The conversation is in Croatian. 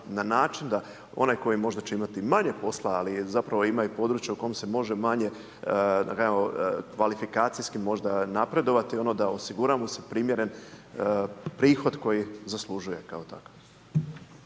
na način da onaj koji će možda imati manje posla ali zapravo ima i područja u kom se može manje kvalifikacijski možda napredovati, da osiguramo primjeren prihod koji zaslužuje kao takav?